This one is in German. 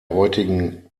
heutigen